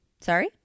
Sorry